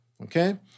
okay